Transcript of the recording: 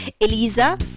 Elisa